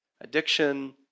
addiction